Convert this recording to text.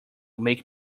make